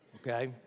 Okay